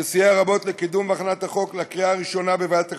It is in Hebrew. שסייע רבות לקידום ולהכנה של החוק לקריאה הראשונה בוועדת הכלכלה,